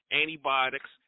antibiotics